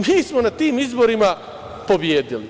Mi smo na tim izborima pobedili.